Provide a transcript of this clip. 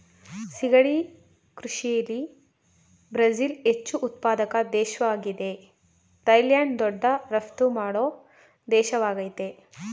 ಸಿಗಡಿ ಕೃಷಿಲಿ ಬ್ರಝಿಲ್ ಹೆಚ್ಚು ಉತ್ಪಾದಕ ದೇಶ್ವಾಗಿದೆ ಥೈಲ್ಯಾಂಡ್ ದೊಡ್ಡ ರಫ್ತು ಮಾಡೋ ದೇಶವಾಗಯ್ತೆ